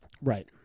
Right